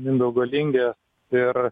mindaugo lingio ir